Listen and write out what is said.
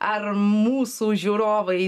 ar mūsų žiūrovai